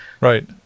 Right